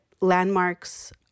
landmarks